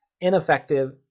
ineffective